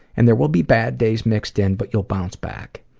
and there will be bad days mixed in, but you'll bounce back.